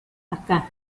acá